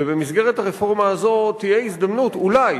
ובמסגרת הרפורמה הזאת תהיה הזדמנות, אולי,